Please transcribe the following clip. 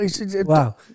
Wow